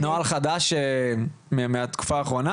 נוהל חדש מהתקופה האחרונה?